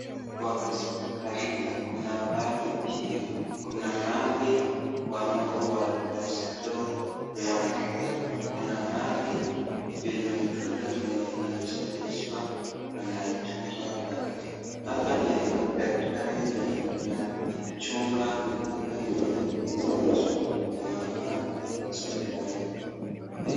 Kwa hospitalini kuna pahali kwingi, kuna mahali kwenye mtoto mwenye amezalishwa anachungwa pale, hapa ni daktari mwenye anachunga mtoto mwenye kuzalishwa na mamake hospitalini.